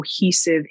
cohesive